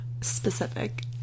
Specific